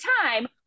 time